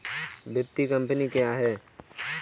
वित्तीय कम्पनी क्या है?